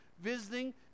visiting